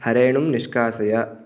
हरेणुं निष्कासय